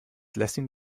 lessing